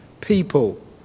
people